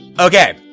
Okay